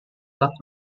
back